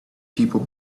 people